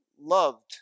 loved